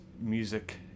music